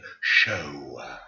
Show